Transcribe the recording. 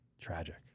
tragic